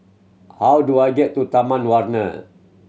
how do I get to Taman Warna